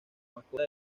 mascota